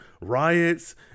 riots